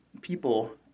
people